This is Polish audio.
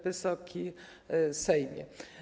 Wysoki Sejmie!